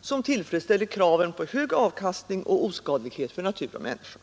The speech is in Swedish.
som tillfredsställer kraven på hög avkastning och oskadlighet för natur och människor.